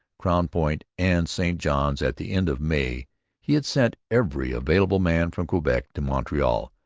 crown point, and st johns at the end of may he had sent every available man from quebec to montreal,